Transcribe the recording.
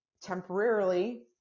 temporarily